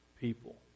people